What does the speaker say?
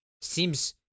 seems